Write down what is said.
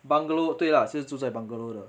bungalow 对 lah 就是住在 bungalow 的